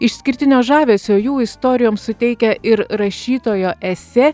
išskirtinio žavesio jų istorijoms suteikia ir rašytojo esė